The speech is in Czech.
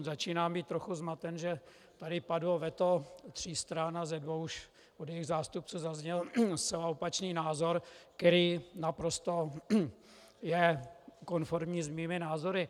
Začínám být trochu zmaten, že tady padlo veto tří stran a ze dvou už od jejich zástupců zazněl zcela opačný názor, který je naprosto konformní s mými názory.